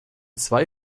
zwei